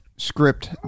script